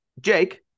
Jake